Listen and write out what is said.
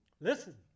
Listen